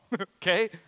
okay